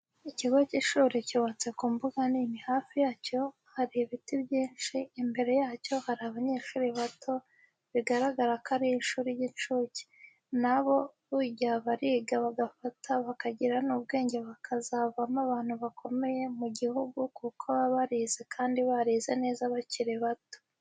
Ikigo cy'ishuri cyubatse ku mbuga nini, hafi yacyo hari ibiti byinshi, imbere yacyo hari abanyeshuri bato bigaragara ko ari ishuri ry'incuke, na bo burya bariga bagafata bakagira n'ubwenge bakazavamo abantu bakomeye mu gihugu kuko baba barize kandi barize neza bakiri bato.